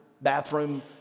bathroom